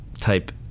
type